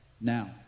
now